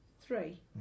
three